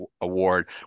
award